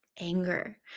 anger